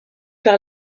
par